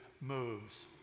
moves